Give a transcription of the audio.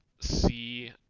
see